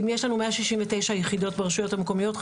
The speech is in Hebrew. אם יש לנו מאה ששים ותשע יחידות ברשויות המקומיות,